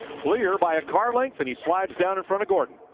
clear by a car length and he slides down in front of gordon.